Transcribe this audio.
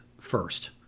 first